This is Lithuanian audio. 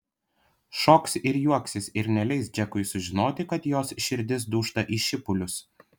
šoks ir juoksis ir neleis džekui sužinoti kad jos širdis dūžta į šipulius